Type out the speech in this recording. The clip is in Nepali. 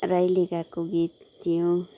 राईले गाएको गीत थियो